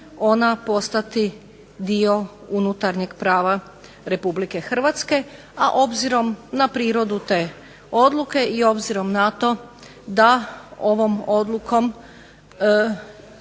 ona postati dio unutarnjeg prava Republike Hrvatske, a obzirom na prirodu te odluke i obzirom na to da ovom odlukom